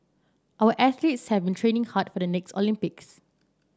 our athletes have been training hard for the next Olympics